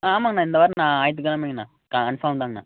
ஆ ஆமாங்கண்ணா இந்த வாரம் ஞாயித்து கிழமைங்கண்ணா கன்ஃபாம்தாங்கண்ணா